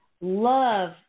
love